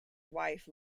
wife